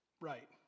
Right